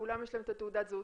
לכולם יש את תעודת הזהות.